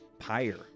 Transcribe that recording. higher